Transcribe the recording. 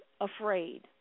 afraid